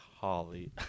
Holly